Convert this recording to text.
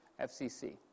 FCC